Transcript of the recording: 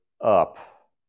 up